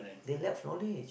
they left for it